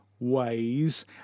Ways